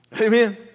Amen